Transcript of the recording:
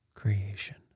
creation